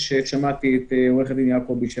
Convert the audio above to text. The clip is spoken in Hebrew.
ששמעתי את עורכת הדין יעקובי.